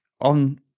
on